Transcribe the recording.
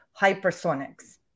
hypersonics